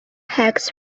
hex